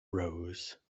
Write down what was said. rose